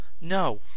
No